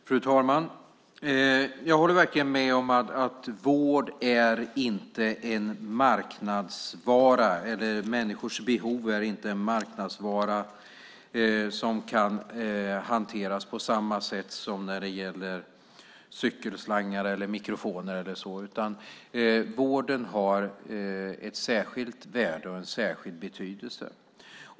Fru talman! Jag håller verkligen med om att vården inte är en marknadsvara som kan hanteras på samma sätt som när det gäller cykelslangar, mikrofoner och annat, utan vården har ett särskilt värde och en särskild betydelse.